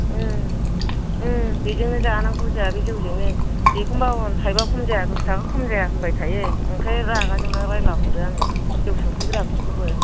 बेजोंनो जानांगौ जोंहा बे जौजोंनो बेखौनोबा थाइबा खम जाया दस थाखा खम जाया होनबाय थायो बेनिखायनो रागा जोंना रायला हरो आङो जौ सोंफैग्राफोरखौबो